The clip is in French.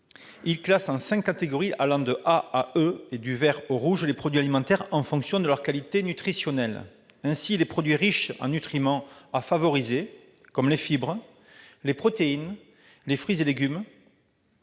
Il classe en cinq catégories, allant de A au E et du vert au rouge, les produits alimentaires en fonction de leurs qualités nutritionnelles. Ainsi, les produits riches en nutriments à favoriser, comme les fibres, les protéines, les fruits et les légumes,